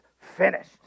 finished